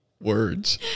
words